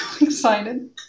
excited